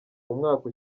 umwaka